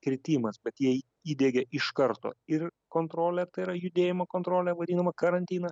kritimas bet jei įdiegė iš karto ir kontrolę tai yra judėjimo kontrolę vadinamą karantiną